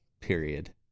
period